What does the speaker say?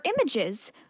images